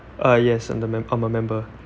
ah yes I'm the mem~ I'm a member